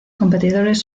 competidores